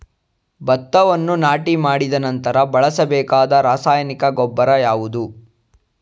ಭತ್ತವನ್ನು ನಾಟಿ ಮಾಡಿದ ನಂತರ ಬಳಸಬೇಕಾದ ರಾಸಾಯನಿಕ ಗೊಬ್ಬರ ಯಾವುದು?